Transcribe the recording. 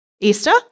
Easter